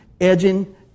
Edging